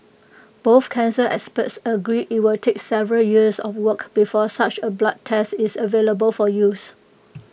both cancer experts agree IT will take several years of work before such A blood test is available for use